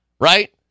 right